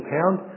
Pound